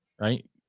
right